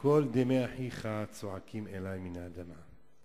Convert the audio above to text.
קול דמי אחיך צועקים אלי מן האדמה".